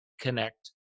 connect